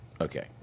Okay